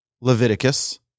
Leviticus